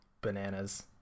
bananas